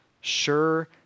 sure